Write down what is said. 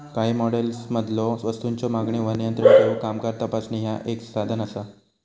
काही मॉडेल्समधलो वस्तूंच्यो मागणीवर नियंत्रण ठेवूक कामगार तपासणी ह्या एक साधन असा